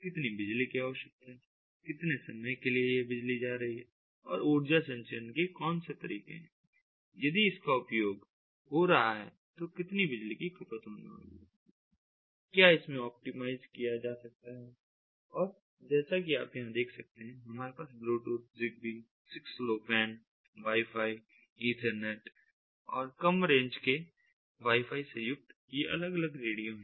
कितनी बिजली की आवश्यकता है कितने समय के लिए यह बिजली जा रही है और ऊर्जा संचयन के कौन से तरीके हैं यदि इसका उपयोग हो रहा है तो कितनी बिजली की खपत होने वाली है क्या इसे ऑप्टिमाइज्ड किया जा सकता है और जैसा कि आप यहाँ देख सकते हैं हमारे पास Bluetooth Zigbee 6 low pan Wifi Ethernet और कम रेंज के Wifi से युक्त ये अलग अलग रेडियो हैं